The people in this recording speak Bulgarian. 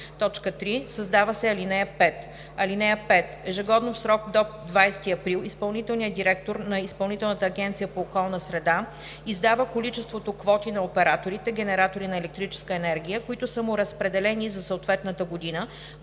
3.“ 3. Създава се ал. 5: „(5) Ежегодно в срок до 20 април изпълнителният директор на ИАОС издава количеството квоти на операторите, генератори на електрическа енергия, които са му разпределени за съответната година,